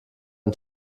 ein